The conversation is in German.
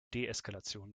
deeskalation